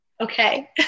Okay